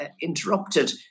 interrupted